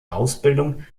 ausbildung